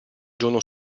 giorno